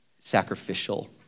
sacrificial